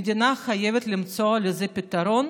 המדינה חייבת למצוא לזה פתרון,